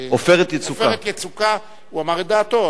"עופרת יצוקה", הוא אמר את דעתו.